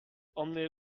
emmenez